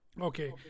okay